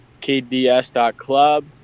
kds.club